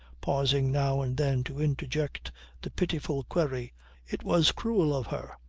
pausing now and then to interject the pitiful query it was cruel of her.